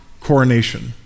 coronation